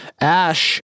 Ash